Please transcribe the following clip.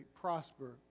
prosper